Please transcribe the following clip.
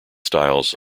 styles